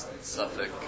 Suffolk